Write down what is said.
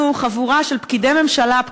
חבורה של פקידי ממשלה,